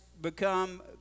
become